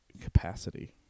capacity